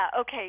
okay